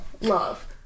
love